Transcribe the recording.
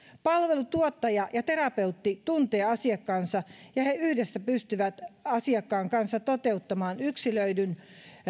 palveluntuottaja ja terapeutti tuntevat asiakkaansa joten he yhdessä pystyvät asiakkaan kanssa toteuttamaan yksilöidyn